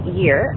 year